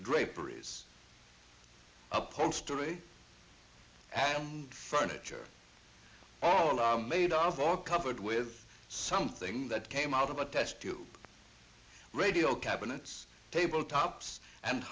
draperies upholstery and furniture all are made of all covered with something that came out of a test tube radio cabinets tabletops and